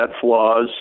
flaws